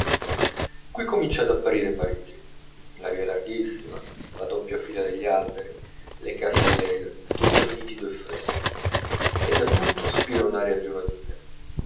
qui comincia ad apparire parigi la via larghissima la doppia fila degli alberi le case allegre tutto è nitido e fresco e da tutto spira un'aria giovanile